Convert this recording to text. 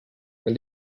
when